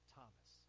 Thomas